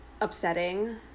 upsetting